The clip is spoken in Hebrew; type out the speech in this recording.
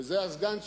וזה הסגן שלך,